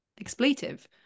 expletive